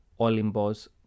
Olimbos